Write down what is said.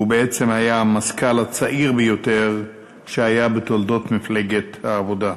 והוא בעצם היה המזכ"ל הצעיר ביותר שהיה בתולדות מפלגת העבודה.